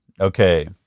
okay